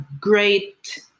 great